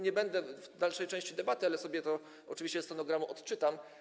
Nie będę podczas dalszej części debaty, ale sobie to oczywiście ze stenogramu odczytam.